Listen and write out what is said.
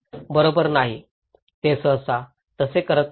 बरोबर नाही ते सहसा तसे करत नाहीत